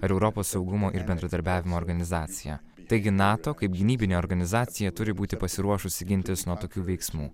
ar europos saugumo ir bendradarbiavimo organizacija taigi nato kaip gynybinė organizacija turi būti pasiruošusi gintis nuo tokių veiksmų